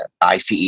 ICE